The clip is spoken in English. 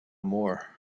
more